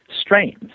strains